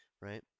right